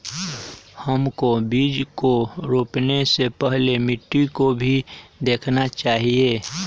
हमको बीज को रोपने से पहले मिट्टी को भी देखना चाहिए?